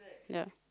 yeah